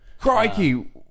Crikey